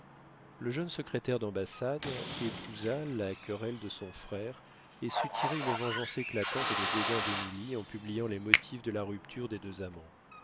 le jeune secrétaire d'ambassade épousa la querelle de son frère et sut tirer une vengeance éclatante des dédains d'émilie en publiant les motifs de la rupture des deux amants